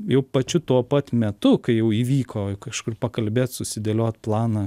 jau pačiu tuo pat metu kai jau įvyko kažkur pakalbėt susidėliot planą